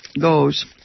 goes